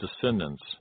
descendants